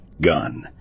gun